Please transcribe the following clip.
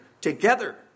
together